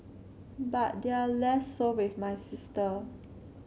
but they're less so with my sister